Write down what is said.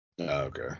okay